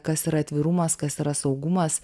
kas yra atvirumas kas yra saugumas